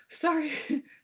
Sorry